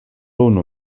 unu